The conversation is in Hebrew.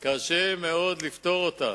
קשה מאוד לפתור אותם.